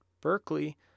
Berkeley